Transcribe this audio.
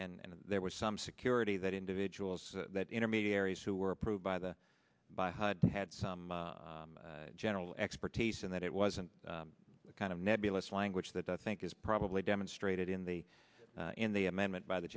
and there was some security that individuals that intermediaries who were approved by the by hud had some general expertise in that it wasn't the kind of nebulous language that i think is probably demonstrated in the in the amendment by the